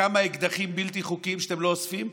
כמה אקדחים בלתי חוקיים שאתם לא אוספים?